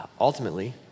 ultimately